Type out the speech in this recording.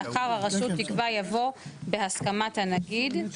לאחר "הרשות תקבע" יבוא "בהסכמת הנגיד"".